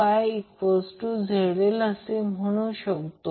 आपण ZYZLअसे म्हणू शकतो